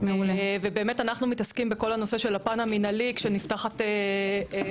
באמת אנחנו מתעסקים בכל הנושא של הפן המנהלי כשנפתחת חקירה.